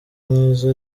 neza